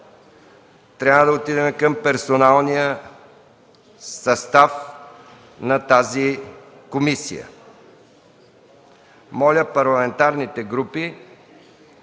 трябва да отидем към персоналния състав на тази комисия. Моля, парламентарните групи